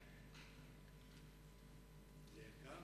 זה יקר.